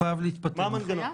מה המנגנון?